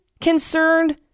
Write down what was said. concerned